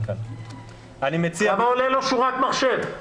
כמה עולה שורת מחשב?